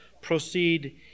proceed